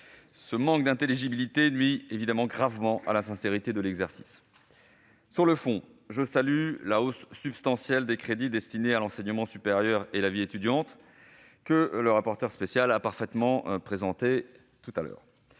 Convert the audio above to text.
Ce manque d'intelligibilité nuit gravement à la sincérité de l'exercice. Sur le fond, je salue la hausse substantielle des crédits destinés à l'enseignement supérieur et à la vie étudiante, que le rapporteur spécial a parfaitement présentés. Je